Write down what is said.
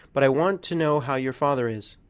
but i want to know how your father is.